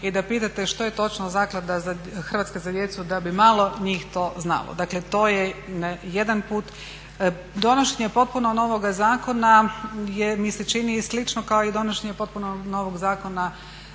i da pitate što je točno ″Hrvatska zaklada za djecu″ da bi malo njih to znalo. Dakle to je jedan put, donošenje potpuno novoga zakona mi se čini slično kao i donošenje potpuno novog zakona,